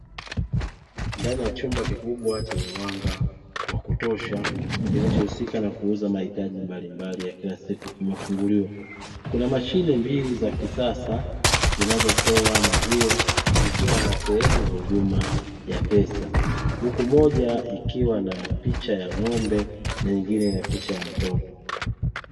Ndani ya chumba kikubwa cha mwanga wa kutosha kinachohusika na kuuza mahitaji mbalimbali ya kila siku, kimefunguliwa kuna machine mbili za kisasa zinazotoa maziwa zikiwa na sehemu ya huduma ya pesa, huku moja ikiwa na picha ya ng'ombe na nyingine ina picha ya mtoto.